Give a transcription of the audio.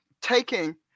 taking